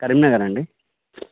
కరీంనగర్ అండి